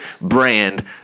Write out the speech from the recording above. brand